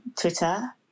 Twitter